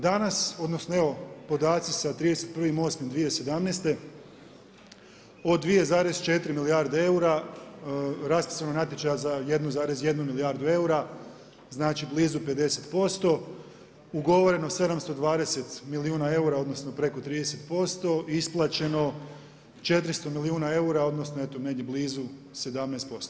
Danas odnosno evo podaci sa 31.8.2017. od 2,4 milijarde eura raspisano je natječaja za 1,1 milijardu eura znači blizu 50%, ugovoreno 720 milijuna eura odnosno preko 30%, isplaćeno 400 milijuna eura odnosno blizu 17%